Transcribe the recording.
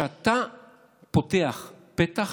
כשאתה פותח פתח,